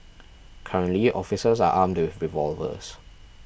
currently officers are armed with revolvers